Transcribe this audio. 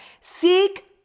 Seek